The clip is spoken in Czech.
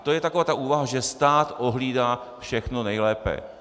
To je taková ta úvaha, že stát ohlídá všechno nejlépe.